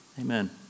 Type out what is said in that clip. Amen